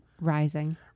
Rising